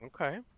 okay